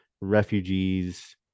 refugees